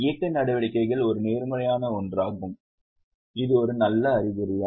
இயக்க நடவடிக்கைகள் ஒரு நேர்மறையான ஒன்றாகும் இது ஒரு நல்ல அறிகுறியா